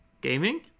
Gaming